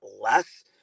less